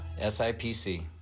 SIPC